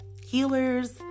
Healers